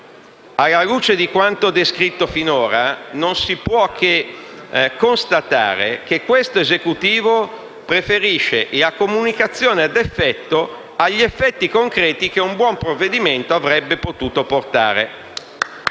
Alla luce di quanto descritto finora, non si può che constatare che questo Esecutivo preferisce la comunicazione ad effetto agli effetti concreti che un buon provvedimento avrebbe potuto portare.